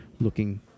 looking